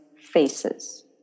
faces